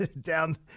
Down